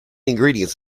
ingredients